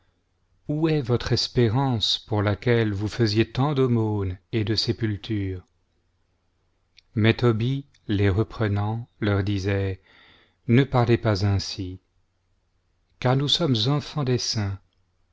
où est votre espérance pour laquelle vous faisiez tant d'aumônes et de sépulture mé tobie les reprenant leur disait ne parlez pas ainsi car nous sommes enfants des saints